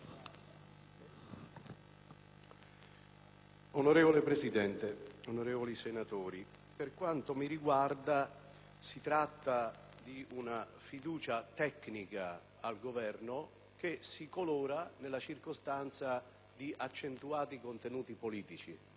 Onorevole Presidente, onorevoli senatori, per quanto mi riguarda si tratta di una fiducia tecnica al Governo che si colora, nella circostanza, di accentuati contenuti politici.